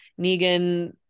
Negan